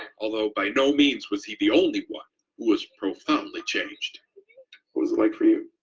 although by no means was he the only one who was profoundly changed was it like for you?